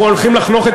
אנחנו הולכים לחנוך,